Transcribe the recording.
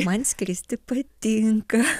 man skristi patinka